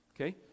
okay